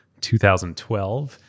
2012